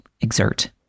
exert